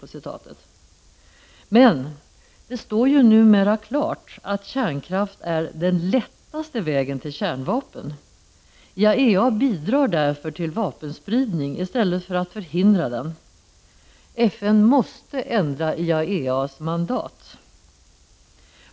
Det står emellertid numera klart att kärnkraft är den lättaste vägen till kärnvapen. IAEA bidrar därför till vapenspridning i stället för att förhindra den. FN måste ändra IAEA :s mandat!